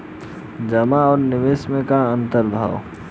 जमा आ निवेश में का अंतर ह?